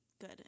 good